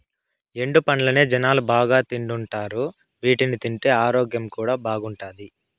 ఎండు పండ్లనే జనాలు బాగా తింటున్నారు వీటిని తింటే ఆరోగ్యం కూడా బాగుంటాది